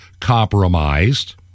compromised